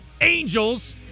Angels